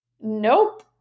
nope